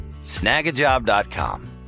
snagajob.com